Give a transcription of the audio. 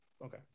Okay